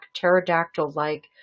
pterodactyl-like